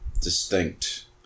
distinct